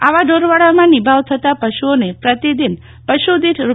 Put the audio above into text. આવા ઢોરવાડામાં નિભાવ થતાં પશુઓને પ્રતિદિન પશુદિઠ રૂ